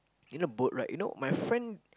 in a boat right you know my friend